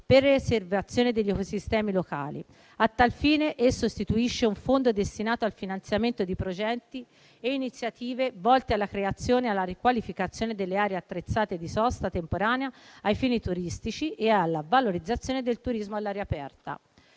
preservazione degli ecosistemi locali. A tal fine esso istituisce un fondo destinato al finanziamento di progetti e iniziative volte alla creazione e alla riqualificazione delle aree attrezzate di sosta temporanea ai fini turistici e alla valorizzazione del turismo all'aria aperta.